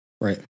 Right